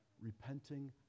repenting